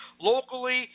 locally